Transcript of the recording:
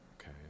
okay